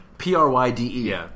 P-R-Y-D-E